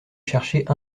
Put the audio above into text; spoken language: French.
chercher